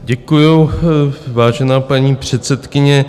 Děkuji, vážená paní předsedkyně.